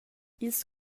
ils